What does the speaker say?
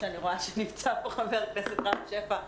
למרות שאני רואה שנמצא פה חבר הכנסת רם שפע.